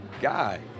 guy